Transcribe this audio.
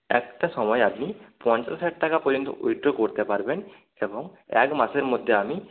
একটা সময় আপনি পঞ্চাশ হাজার টাকা পর্যন্ত উইথড্র করতে পারবেন এবং এক মাসের মধ্যে আমি